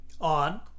on